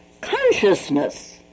consciousness